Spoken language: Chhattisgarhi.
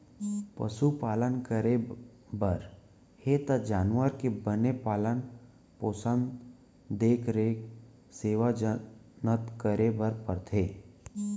पसु पालन करे बर हे त जानवर के बने पालन पोसन, देख रेख, सेवा जनत करे बर परथे